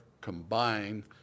combine